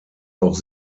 auch